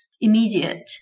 immediate